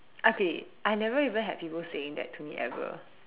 okay I have never even had people saying that to me ever